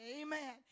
Amen